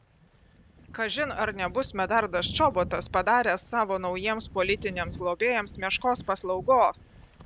kažin ar nebus medardas čobotas padaręs savo naujiems politiniams globėjams meškos paslaugos